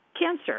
cancer